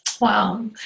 Wow